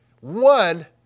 One